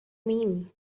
mean